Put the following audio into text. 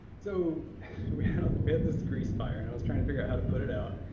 so we have this grease fire and i was trying to figure out how to put it out.